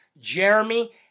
Jeremy